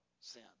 sin